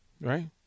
right